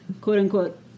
quote-unquote